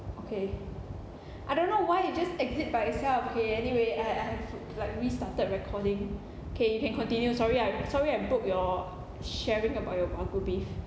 okay I don't know why it just exit by itself okay anyway I I have to like restarted recording okay you can continue sorry I sorry I book your sharing about your wagyu beef